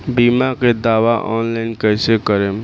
बीमा के दावा ऑनलाइन कैसे करेम?